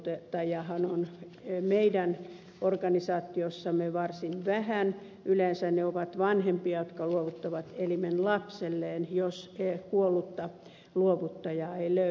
näitä eläviä luovuttajiahan on meidän organisaatiossamme varsin vähän yleensä ne ovat vanhempia jotka luovuttavat elimen lapselleen jos kuollutta luovuttajaa ei löydetä